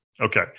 Okay